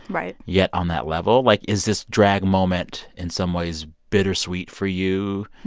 right. yet on that level? like, is this drag moment in some ways bittersweet for you?